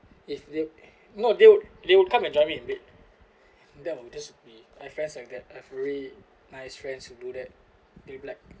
if they not you you come and join me a bit then I will just be my friends have that I've really nice friends who do that they're black